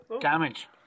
Damage